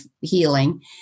healing